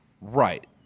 Right